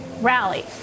rally